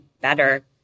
better